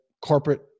corporate